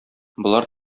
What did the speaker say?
болар